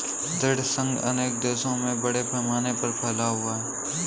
ऋण संघ अनेक देशों में बड़े पैमाने पर फैला हुआ है